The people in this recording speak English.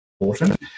important